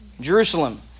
Jerusalem